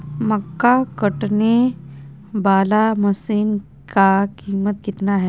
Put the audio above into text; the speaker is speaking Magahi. मक्का कटने बाला मसीन का कीमत कितना है?